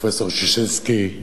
פרופסור ששינסקי,